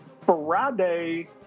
Friday